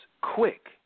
Quick